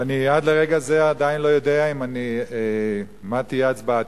ואני עד לרגע זה עדיין לא יודע מה תהיה הצבעתי,